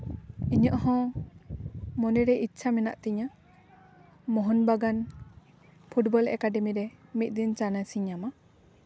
ᱤᱧᱟᱹᱜ ᱦᱚᱸ ᱢᱚᱱᱮᱨᱮ ᱤᱪᱪᱷᱟᱹ ᱢᱮᱱᱟᱜ ᱛᱤᱧᱟᱹ ᱢᱳᱦᱚᱱ ᱵᱟᱜᱟᱱ ᱯᱷᱩᱴᱵᱚᱞ ᱮᱠᱟᱰᱮᱢᱤ ᱨᱮ ᱢᱤᱫ ᱫᱤᱱ ᱪᱟᱱᱥᱤᱧ ᱧᱟᱢᱟ